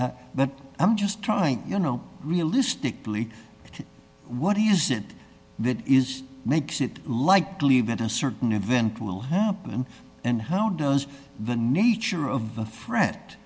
that i'm just trying you know realistically what is it that is makes it likely that a certain event will happen and how does the nature of the threat